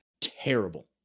Terrible